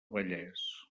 vallès